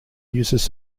uses